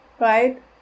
right